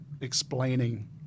explaining